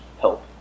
help